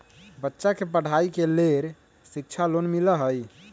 बच्चा के पढ़ाई के लेर शिक्षा लोन मिलहई?